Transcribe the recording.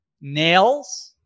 nails